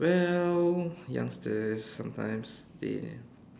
well youngsters sometimes they